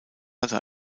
hatte